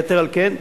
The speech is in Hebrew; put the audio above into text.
יתר על כן,